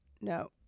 no